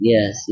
Yes